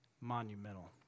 monumental